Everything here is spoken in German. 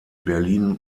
berlin